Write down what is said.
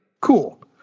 Cool